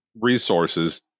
resources